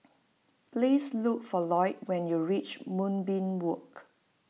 please look for Lloyd when you reach Moonbeam Walk